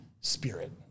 spirit